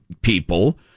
people